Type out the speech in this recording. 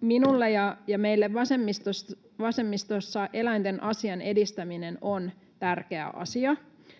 Minulle ja meille vasemmistossa eläinten asian edistäminen on tärkeä asia,